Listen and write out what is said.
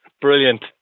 Brilliant